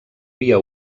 via